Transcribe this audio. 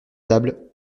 table